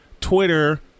Twitter